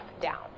down